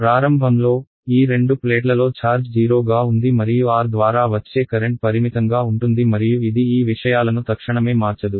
ప్రారంభంలో ఈ రెండు ప్లేట్లలో ఛార్జ్ 0 గా ఉంది మరియు R ద్వారా వచ్చే కరెంట్ పరిమితంగా ఉంటుంది మరియు ఇది ఈ విషయాలను తక్షణమే మార్చదు